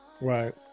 right